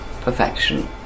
perfection